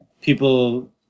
people